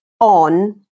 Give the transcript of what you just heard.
on